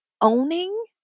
owning